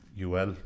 UL